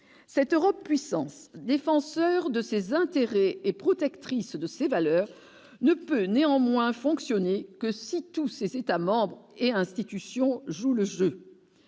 cette Europe-puissance défenseur de ses intérêts et protectrice de ces valeurs ne peut néanmoins fonctionner que si tous ses États-membres et institutions jouent le jeu,